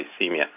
hypoglycemia